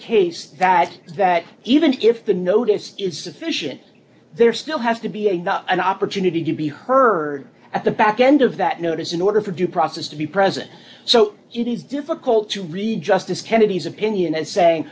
case that that even if the notice is sufficient there still has to be a not an opportunity to be heard at the back end of that notice in order for due process to be present so it is difficult to read justice kennedy's opinion and say